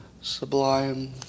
Sublime